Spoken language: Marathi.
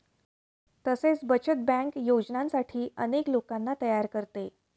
तसेच बचत बँक योजनांसाठी अनेक लोकांना तयार करते